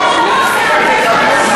זהו?